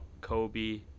Kobe